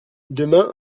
demain